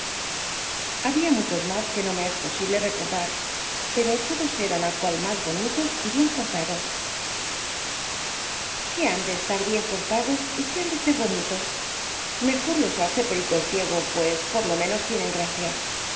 había muchos más que no me es posible recordar pero todos eran á cual más bonitos y bien cortados qué han de estar bien cortados y qué han de ser bonitos mejores los hace perico el ciego pues por rosalía de castro lo menos tienen gracia